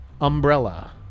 Umbrella